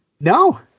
No